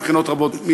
מבחינות רבות,